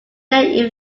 their